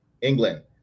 England